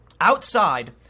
outside